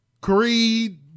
creed